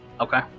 Okay